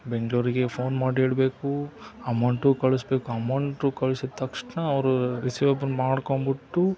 ಬೆಂಗಳೂರಿಗೆ ಫೋನ್ ಮಾಡಿ ಹೇಳಬೇಕು ಅಮೌಂಟು ಕಳ್ಸ್ಬೇಕು ಅಮೌಂಟು ಕಳ್ಸಿದ ತಕ್ಷಣ ಅವರು ರಿಸಿವೇಬಲ್ ಮಾಡ್ಕೊಂಬಿಟ್ಟು